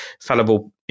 fallible